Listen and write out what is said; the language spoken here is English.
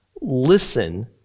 listen